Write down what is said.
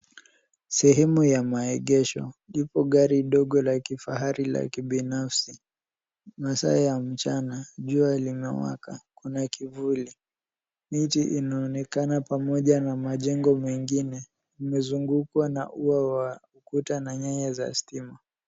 Sehemu ya maegesho. Ipo gari dogo la kifahari la kibinafsi. Masaa ya mchana, jua limewaka, kuna kivuli. Miji inaonekana pamoja na majengo mengine, imezungukwa na ua wa ukuta na nyaya za stima.